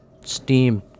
steam